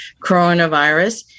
coronavirus